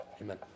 Amen